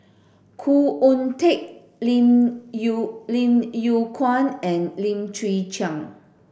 Khoo Oon Teik Lim Yew Lim Yew Kuan and Lim Chwee Chian